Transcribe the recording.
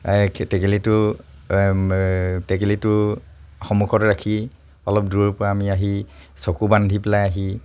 টেকেলিটো টেকেলিটো সমুখত ৰাখি অলপ দূৰৰ পৰা আমি আহি চকু বান্ধি পেলাই আহি